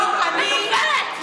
מנוולת.